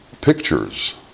pictures